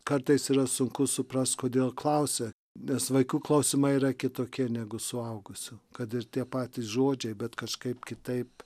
kartais yra sunku suprast kodėl klausia nes vaikų klausimai yra kitokie negu suaugusių kad ir tie patys žodžiai bet kažkaip kitaip